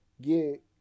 get